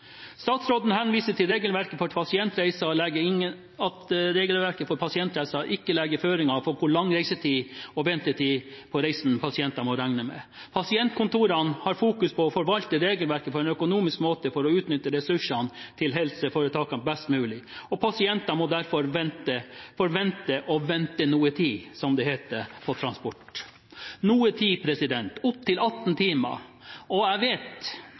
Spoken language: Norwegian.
Statsråden henviser til regelverket for pasientreiser, og at regelverket for pasienter ikke legger føringer for hvor lang reisetid og ventetid på reisen pasienter må regne med. Pasientkontorene legger vekt på å forvalte regelverket på en økonomisk måte for å utnytte ressursene til helseforetakene best mulig, og pasienter må derfor vente – forvente å vente noe tid, som heter – på transport. «Noe tid» kan være opptil 18 timer. Jeg vet at tid er relativt, og vi som reiser mye, vet